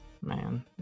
Man